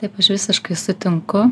taip aš visiškai sutinku